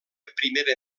primera